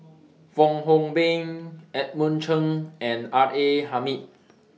Fong Hoe Beng Edmund Cheng and R A Hamid